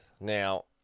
Now